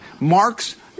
Mark's